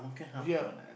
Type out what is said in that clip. ya